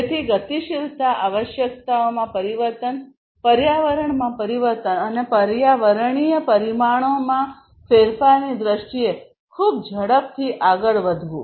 તેથી ગતિશીલતા આવશ્યકતાઓમાં પરિવર્તન પર્યાવરણમાં પરિવર્તન અને પર્યાવરણીય પરિમાણોમાં ફેરફારની દ્રષ્ટિએ ખૂબ ઝડપથી આગળ વધવું